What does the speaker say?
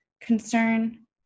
concern